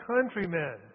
countrymen